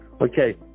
okay